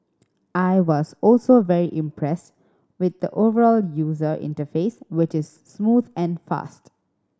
I was also very impressed with the overall user interface which is smooth and fast